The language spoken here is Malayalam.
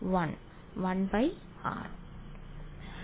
വിദ്യാർത്ഥി 1 പ്രകാരം